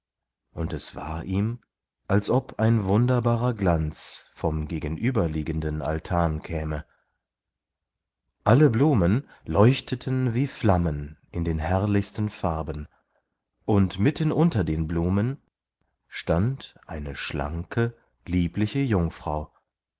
und es war ihm als ob ein wunderbarer glanz vom gegenüberliegenden altan käme alle blumen leuchteten wie flammen in den herrlichsten farben und mitten unter den blumen stand eine schlanke liebliche jungfrau